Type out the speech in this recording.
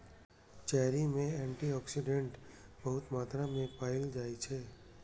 cherry मे antioxidant बहुत मात्रा मे पाएल जाइ छै